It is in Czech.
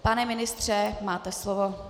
Pane ministře, máte slovo.